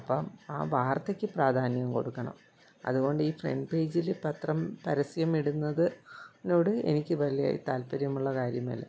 അപ്പോൾ ആ വാർത്തയ്ക്ക് പ്രാധാന്യം കൊടുക്കണം അതുകൊണ്ട് ഈ ഫ്രണ്ട് പേജിൽ പത്രം പരസ്യം ഇടുന്നതിനോട് എനിക്ക് വലിയ താത്പര്യമുള്ള കാര്യമല്ല